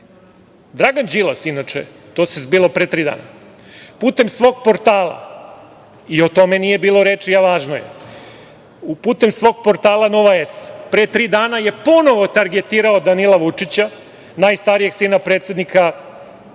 budžet. Dragan Đilas, inače, to se zbivalo pre tri dana i o tome nije bilo reči, a važno je, putem svog portala „Nova S“, pre tri dana je ponovo targetirao Danila Vučića, najstarijeg sina predsednika